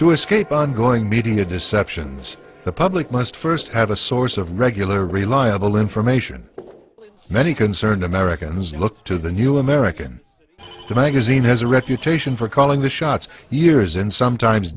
to escape ongoing media deceptions the public must first have a source of regular reliable information many concerned americans look to the new american magazine has a reputation for calling the shots years and sometimes